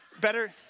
better